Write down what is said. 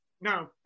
No